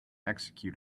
execute